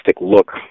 look